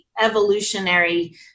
evolutionary